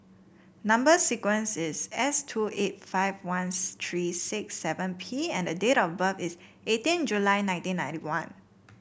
number sequence is S two eight five one three six seven P and the date of birth is eighteen July nineteen ninety one